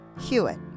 Hewitt